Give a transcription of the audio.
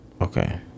Okay